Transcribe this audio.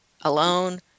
alone